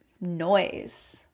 noise